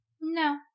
No